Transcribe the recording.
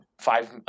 five